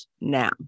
now